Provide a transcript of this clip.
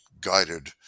guided